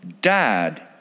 dad